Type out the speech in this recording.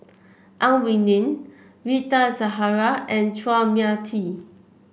Ang Wei Neng Rita Zahara and Chua Mia Tee